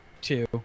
two